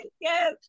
Yes